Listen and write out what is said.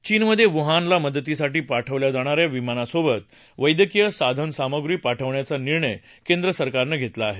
चीनमधे वुहानला मदतीसाठी पाठवल्या जाणा या विमानासोबत वैद्यकीय साधनसामुग्री पाठवण्याचा निर्णय केंद्रसरकारनं घेतला आहे